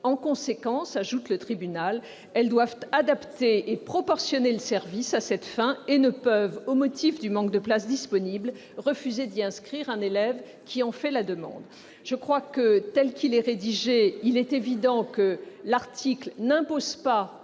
En conséquence, ajoute le tribunal, elles doivent adapter et proportionner le service à cette fin et ne peuvent, au motif du manque de places disponibles, refuser d'y inscrire un élève qui en fait la demande. Tel qu'il est rédigé, il est évident que l'article n'impose pas